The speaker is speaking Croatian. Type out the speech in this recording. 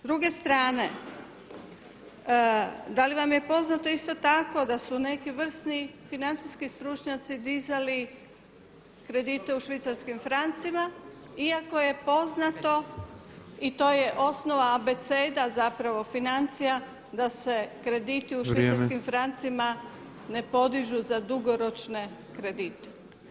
S druga strane, da li vam je poznato isto tako da su neki vrsni financijski stručnjaci dizali kredite u švicarskim francima iako je poznato i to je osnova, abeceda zapravo financija da se krediti u švicarskim francima ne podižu za dugoročne kredite.